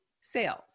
sales